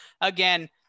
again